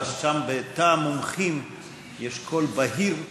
שם בתא המומחים יש קול בהיר מאוד.